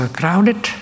crowded